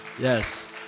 yes